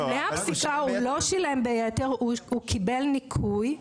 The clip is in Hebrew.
לפני הפסיקה הוא לא שילם ביתר; הוא קיבל ניכוי.